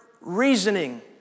reasoning